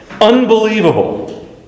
unbelievable